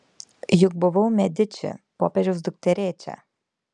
juk buvau mediči popiežiaus dukterėčia